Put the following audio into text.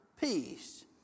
peace